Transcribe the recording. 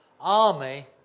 army